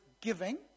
giving